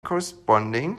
corresponding